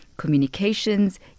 communications